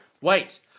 wait